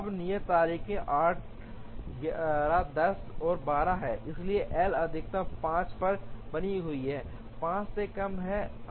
अब नियत तारीखें 8 11 10 और 12 हैं इसलिए L अधिकतम 5 पर बनी हुई है 5 से कम है